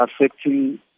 affecting